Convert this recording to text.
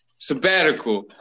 sabbatical